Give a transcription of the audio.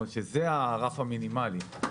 זה הרף המינימלי.